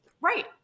Right